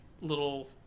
little